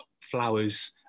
flowers